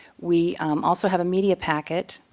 we also have a media packet,